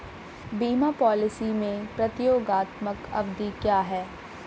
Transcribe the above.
बीमा पॉलिसी में प्रतियोगात्मक अवधि क्या है?